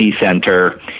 Center